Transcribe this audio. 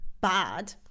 bad